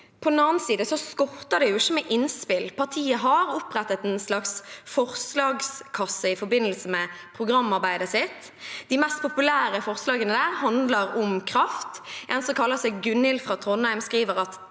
På den annen side skorter det ikke på innspill. Partiet har opprettet en slags forslagskasse i forbindelse med programarbeidet sitt, og de mest populære forslagene handler om kraft. En som kaller seg Gunhild fra Trondheim, skriver: